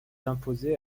imposée